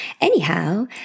anyhow